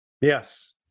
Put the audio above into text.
Yes